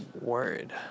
word